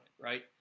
right